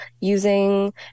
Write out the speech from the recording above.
using